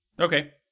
Okay